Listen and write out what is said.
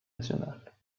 nationales